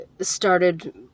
started